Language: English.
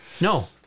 No